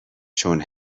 چون